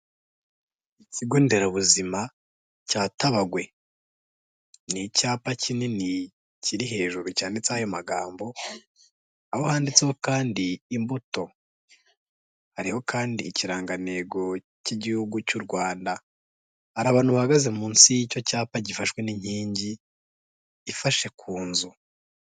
Ikigo nderabuzima cya Tabagwe, ni icyapa kinini kiri hejuru cyanditseho ayo magambo, aho handitseho kandi imbuto, hariho kandi ikirangantego cy'Igihugu cy'u Rwanda, hari abantu bahagaze munsi y'icyo cyapa gifashwe n'inkingi ifashe ku nzu.